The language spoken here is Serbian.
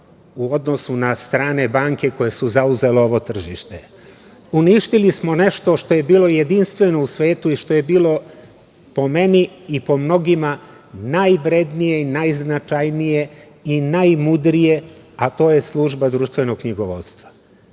u odnosu na strane banke koje su zauzele ovo tržište. Uništili smo nešto što je bilo jedinstveno u svetu i što je bilo, po meni i po mnogima, najvrednije i najznačajnije i najmudrije, a to je služba društvenog knjigovodstva.I